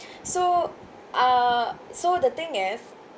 so uh so the thing is